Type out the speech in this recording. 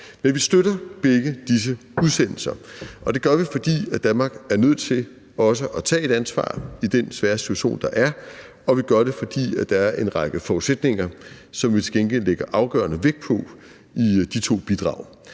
vi støtter begge disse udsendelser, og det gør vi, fordi Danmark er nødt til også at tage et ansvar i den svære situation, der er, og vi gør det, fordi der er en række forudsætninger, som vi til gengæld lægger afgørende vægt på, i de to bidrag.